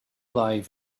life